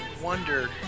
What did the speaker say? wonder